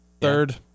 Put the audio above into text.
Third